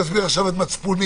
אני מסביר עכשיו את מצפוני.